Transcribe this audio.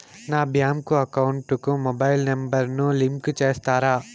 నా bank account కు mobile number ను లింకు చేస్తారా?